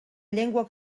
llengua